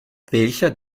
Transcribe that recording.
welcher